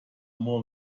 more